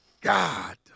God